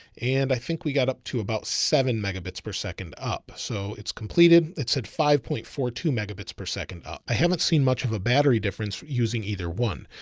and i think we got up to about seven megabits per second up. so it's completed it five point four, two megabits per second. i haven't seen much of a battery difference using either one,